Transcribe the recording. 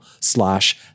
slash